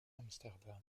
amsterdam